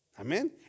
Amen